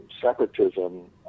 separatism